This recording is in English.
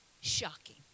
shocking